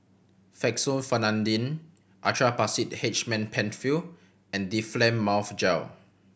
Fexofenadine Actrapid H man Penfill and Difflam Mouth Gel